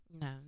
No